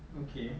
okay